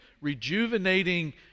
rejuvenating